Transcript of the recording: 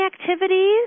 activities